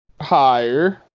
Higher